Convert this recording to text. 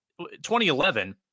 2011